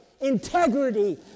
Integrity